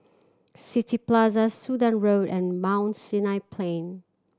City Plaza Sudan Road and Mount Sinai Plain